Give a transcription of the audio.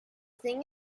thing